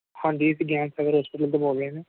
ਹਾਂਜੀ ਅਸੀਂ ਗਿਆਨ ਸਾਗਰ ਹੋਸਪਿਟਲ ਤੋਂ ਬੋਲਦੇ ਹਾਂ